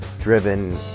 driven